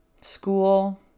school